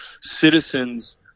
citizens